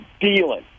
dealing